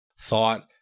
thought